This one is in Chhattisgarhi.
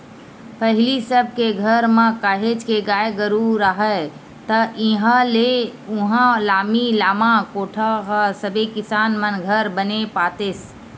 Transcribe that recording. पहिली सब के घर म काहेच के गाय गरु राहय ता इहाँ ले उहाँ लामी लामा कोठा ह सबे किसान मन घर बने पातेस